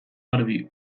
garbi